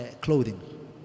clothing